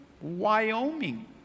Wyoming